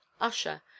Usher